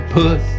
put